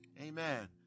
Amen